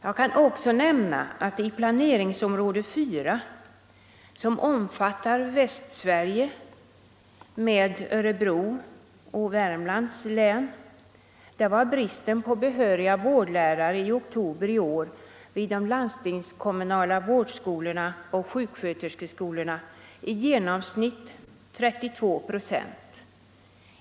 Jag kan också nämna att i planeringsområde 4, som omfattar Västsverige plus Örebro och Värmlands län, var bristen på behöriga vårdlärare i oktober i år vid de landstingskommunala vårdskolorna och sjuksköterskeskolorna i genomsnitt 32 procent.